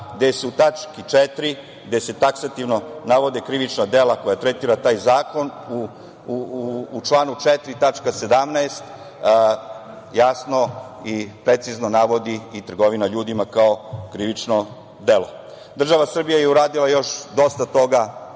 gde se u tački 4. gde se taksativno navode krivična dela koja tretira taj zakon, u članu 4. tačka 17) jasno i precizno se navodi i trgovina ljudima kao krivično delo. Država Srbija je uradila još dosta toga